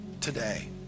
today